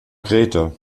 grete